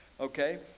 okay